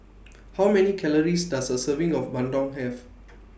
How Many Calories Does A Serving of Bandung Have